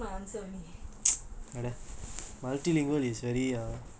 நீ முதல இருந்து:nee muthala irunthu copying my answer only